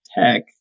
tech